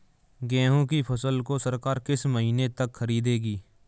गेहूँ की फसल को सरकार किस महीने तक खरीदेगी?